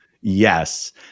Yes